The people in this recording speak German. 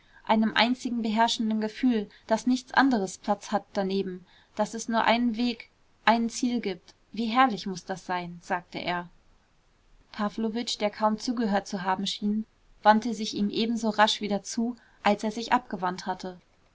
einem einzigen beherrschenden gefühl daß nichts anderes platz hat daneben daß es nur einen weg ein ziel gibt wie herrlich muß das sein sagte er pawlowitsch der kaum zugehört zu haben schien wandte sich ihm ebenso rasch wieder zu als er sich abgewandt hatte